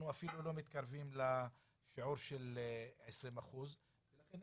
אפילו לא מתקרבים לשיעור של 20%. ולכן,